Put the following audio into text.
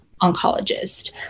oncologist